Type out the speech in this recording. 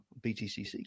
BTCC